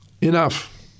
Enough